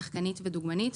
שחקנית ודוגמנית,